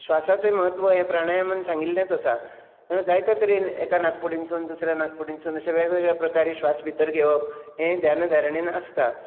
स्वासाचो म्हत्व हे प्राणायमान सांगिल्लेच आसा जायत्या तरेन एका नाकपुडीन सून दुसऱ्या नाकपुडीन सून अश्या वेगवेगळे प्रकार हे स्वास भितर घेवप हे ध्यान धारणेन आसता